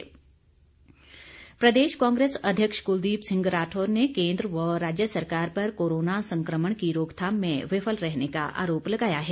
राठौर प्रदेश कांग्रेस अध्यक्ष कुलदीप सिंह राठौर ने केन्द्र व राज्य सरकार पर कोरोना संक्रमण की रोकथाम में विफल रहने का आरोप लगाया है